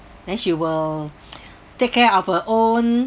then she will take care of her own